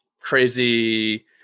crazy